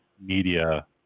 media